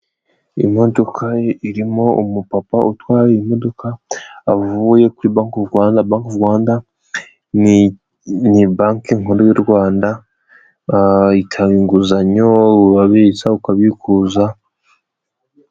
Iyi modoka irimo umupapa utwaye imodoka, avuye kuri banki y'u Rwanda, banki nkuru y'u Rwanda itanga inguzanyo, urabitsa, ukanabikuza.